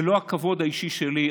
זה לא הכבוד האישי שלי.